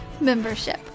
Membership